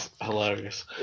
hilarious